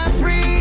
free